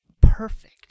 perfect